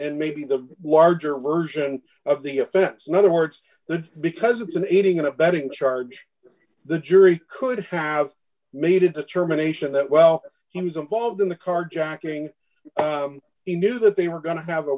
and maybe the larger version of the offense in other words there because it's an aiding and abetting charge the jury could have made a determination that well he was involved in the carjacking he knew that they were going to have a